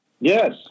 Yes